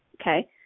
Okay